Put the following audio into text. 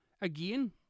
Again